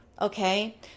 okay